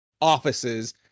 offices